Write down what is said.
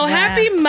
happy